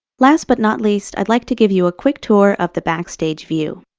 last but not least, i'd like to give you a quick tour of the backstage view.